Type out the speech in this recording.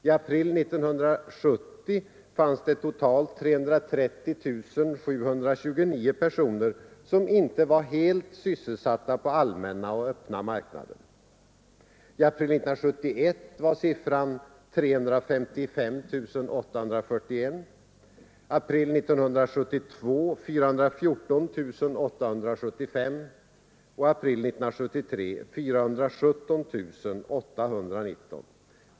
I april 1970 fanns det totalt 330 729 personer som inte var helt sysselsatta på den allmänna och öppna marknaden, i april 1971 var siffran 355 841, i april 1972 414 875 och i april 1973 417 819.